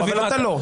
אבל אתה לא.